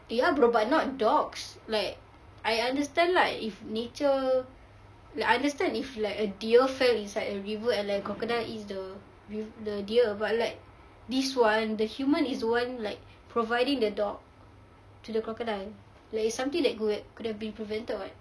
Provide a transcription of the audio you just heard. ya bro but not dogs like I understand lah like if nature I understand if like a deer fell inside a river and like crocodile eats the deer but like this one the human is the one like providing the dog to the crocodile there is something that could have been prevented [what]